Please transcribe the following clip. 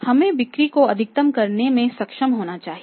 हमें बिक्री को अधिकतम करने में सक्षम होना चाहिए